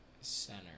center